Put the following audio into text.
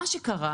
מה שקרה,